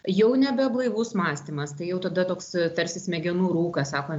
jau nebe blaivus mąstymas tai jau tada toks tarsi smegenų rūkas sako